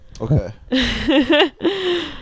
Okay